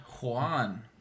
Juan